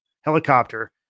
helicopter